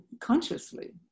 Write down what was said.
consciously